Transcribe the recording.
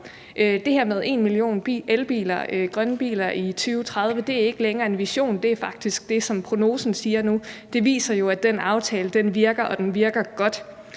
det her med 1 million elbiler, grønne biler, i 2030 er ikke længere en vision, men det er faktisk det, som prognosen siger nu. Det viser, at den aftale virker, og at den virker godt.